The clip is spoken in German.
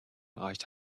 erreicht